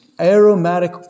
aromatic